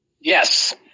Yes